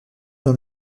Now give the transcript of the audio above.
dans